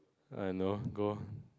I no go